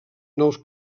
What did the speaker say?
nous